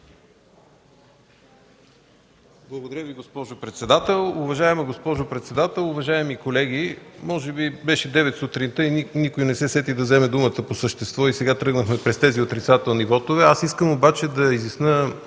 Благодаря Ви. Уважаема госпожо председател, уважаеми колеги! Може би беше 9,00 ч. сутринта и никой не се сети да вземе думата по същество и сега тръгнахме през тези отрицателни вотове. Аз искам обаче да изясня